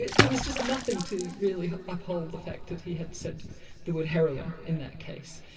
there was just nothing to really uphold the fact that he had said the word heroin in that case.